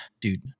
dude